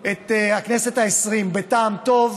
את הכנסת העשרים בטעם טוב,